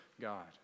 God